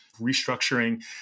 restructuring